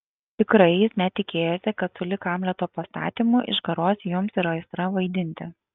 tikrai jis net tikėjosi kad sulig hamleto pastatymu išgaruos jums ir aistra vaidinti